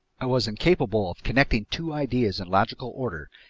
i was incapable of connecting two ideas in logical order,